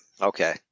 Okay